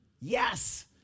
Yes